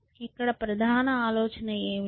ఇక్కడ ప్రధాన ఆలోచన ఏమిటి